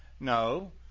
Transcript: No